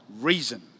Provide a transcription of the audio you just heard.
reason